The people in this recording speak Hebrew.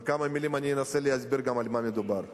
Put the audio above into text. אני אנסה להסביר בכמה מלים על מה מדובר.